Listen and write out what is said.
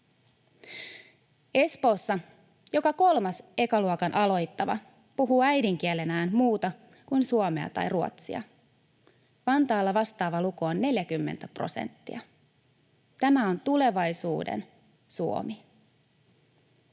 Espoossa joka kolmas ekan luokan aloittava puhuu äidinkielenään muuta kuin suomea tai ruotsia. Vantaalla vastaava luku on 40 prosenttia. Tämä on tulevaisuuden Suomi.